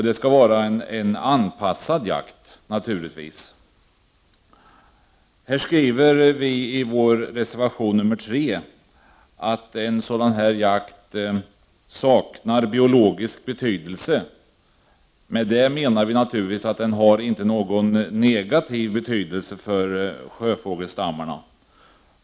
Det skall vara en anpassad jakt, naturligtvis. Vi skriver i vår reservation 3 att en sådan här jakt saknar biologisk betydelse. Med det menar vi naturligtvis att den inte har någon negativ betydelse för sjöfågelsstammarna.